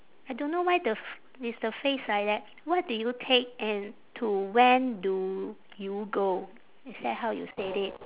I don't know why the it's the phrase like that what do you take and to when do you go is that how you said it